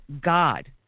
God